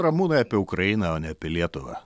ramūnai apie ukrainą o ne apie lietuvą